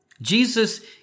Jesus